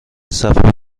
صفحه